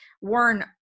Warren